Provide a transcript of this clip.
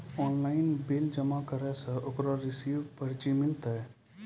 Online bill जमा करला से ओकरौ रिसीव पर्ची मिलतै?